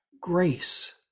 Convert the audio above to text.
grace